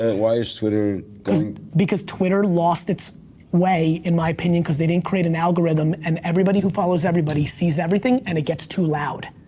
ah why is twitter going? because twitter lost it's way in my opinion, cause they didn't create an algorithm and everybody who follows everybody, see's everything and it gets too loud.